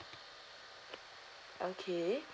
okay